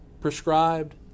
prescribed